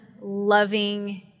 loving